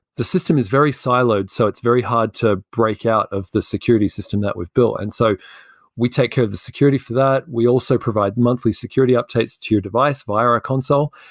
the system is very siloed so it's very hard to break out of the security system that we've built and so we take care of the security for that, we also provide monthly security updates to your device via our console.